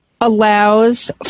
allows